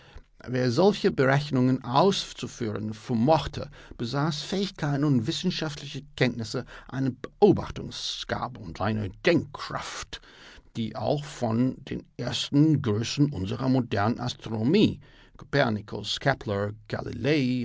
wer solche berechnungen auszuführen vermochte besaß fähigkeiten und wissenschaftliche kenntnisse eine beobachtungsgabe und eine denkkraft die auch von den ersten größen unserer modernen astronomie